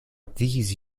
these